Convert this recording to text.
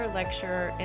lecturer